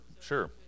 sure